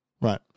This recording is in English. Right